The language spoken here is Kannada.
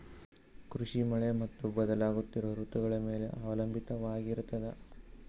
ಕೃಷಿ ಮಳೆ ಮತ್ತು ಬದಲಾಗುತ್ತಿರುವ ಋತುಗಳ ಮೇಲೆ ಅವಲಂಬಿತವಾಗಿರತದ